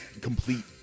complete